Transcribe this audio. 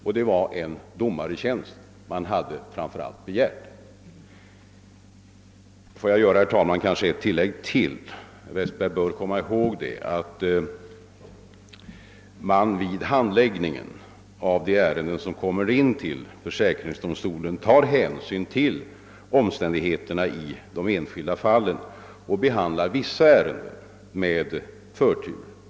Och det var en domartjänst som man framför allt begärt. Herr Westberg bör också komma ihåg att man vid handläggningen av de ärenden som kommer in till försäkrings domstolen tar hänsyn till omständigheterna i de enskilda fallen och behandlar vissa ärenden med förtur.